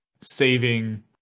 saving